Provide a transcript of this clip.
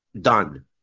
done